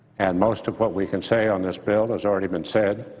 and most of what we can say on this bill has already been said.